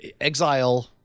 exile